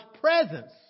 presence